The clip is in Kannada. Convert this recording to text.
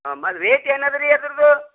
ಹಾಂ ಮತ್ತು ರೇಟ್ ಏನದ ರಿ ಅದರದು